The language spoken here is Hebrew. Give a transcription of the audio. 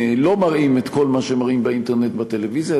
לא מראים את כל מה שמראים באינטרנט בטלוויזיה,